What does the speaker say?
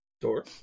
Door